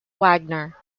wagner